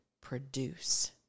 produce